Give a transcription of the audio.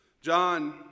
John